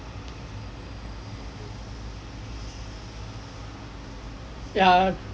ya